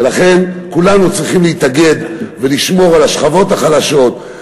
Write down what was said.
ולכן כולנו צריכים להתאגד ולשמור על השכבות החלשות,